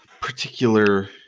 particular